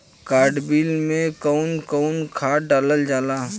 Hybrid में कउन कउन खाद डालल जाला?